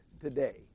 today